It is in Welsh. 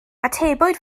atebwyd